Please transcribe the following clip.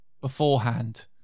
beforehand